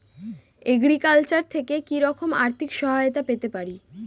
Agriculture থেকে কি রকম আর্থিক সহায়তা পেতে পারি?